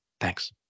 Thanks